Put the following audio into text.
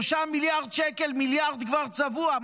3 מיליארד שקל, מיליארד כבר צבוע.